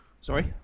Sorry